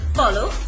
follow